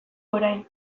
orain